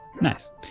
Nice